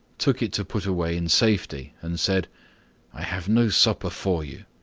took it to put away in safety, and said i have no supper for you.